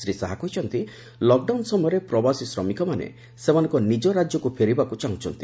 ଶ୍ରୀ ଶାହା କହିଛନ୍ତି ଲକ୍ଡାଉନ୍ ସମୟରେ ପ୍ରବାସୀ ଶ୍ରମିକମାନେ ସେମାନଙ୍କ ନିଜ ରାଜ୍ୟକୁ ଫେରିବାକୁ ଚାହୁଁଛନ୍ତି